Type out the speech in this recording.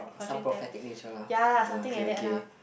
some prophetic nature lah ah okay okay